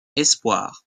espoirs